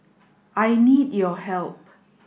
I need your help